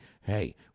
Hey